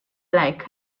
like